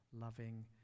loving